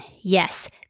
Yes